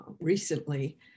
recently